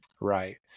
Right